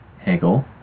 Hegel